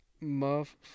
muff